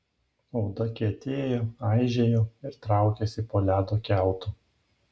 oda kietėjo aižėjo ir traukėsi po ledo kiautu